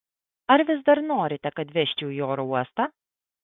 ar vis dar norite kad vežčiau į oro uostą